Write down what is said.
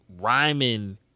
rhyming